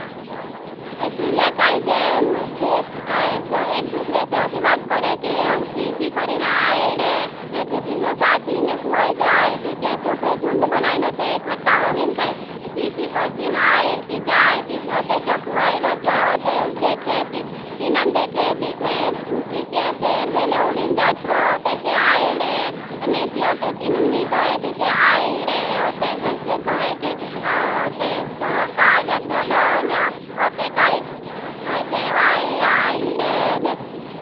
चीडिया काई जे एक दूसरे से अशी बात करे की। ची ची करेन आईडे ने जो तीन रसाती ने कुआई जाई ती चे सूपे जुंड बनाईन ते खटा होवेन। काई ची ची करतीन आईड ती जाई। ती यो कुआई रोचो ती देखे ती ती नांग देखे देखे। ती चे तेर भेले उडिन जात रो ते चे आईडे ने ती ती नांग नी चड़े ती चे आईडे। ते गंशे कोहे की ते तो काई जा जोलो ने ते काई चे वाईड आईडे देखे।